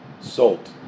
salt